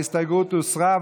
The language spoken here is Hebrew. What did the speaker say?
ההסתייגות הוסרה.